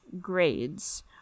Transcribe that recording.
grades